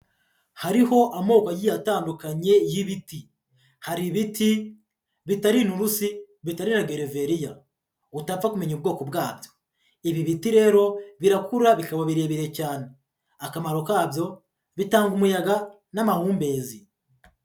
Hariho amoko agiye atandukanye y'ibiti, hari ibiti bitari inturusi, bitari gereveriya, utapfa kumenya ubwoko bwabyo. Ibi biti rero birakura bikaba birebire cyane, akamaro kabyo bitanga umuyaga n'amahumbezi.